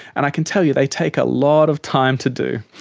and i can tell you, they take a lot of time to do,